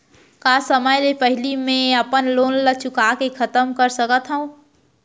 का समय ले पहिली में अपन लोन ला चुका के खतम कर सकत हव?